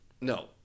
no